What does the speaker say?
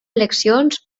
eleccions